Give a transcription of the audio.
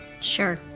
Sure